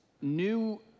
new